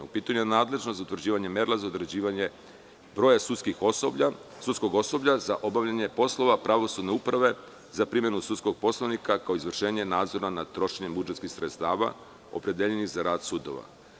U pitanju je nadležnost za utvrđivanje merila za određivanje broja sudskog osoblja za obavljanje poslova pravosudne uprave za primenu sudskog poslovnika, kao i izvršenje nadzora nad trošenjem budžetskih sredstava opredeljenih za rad sudova.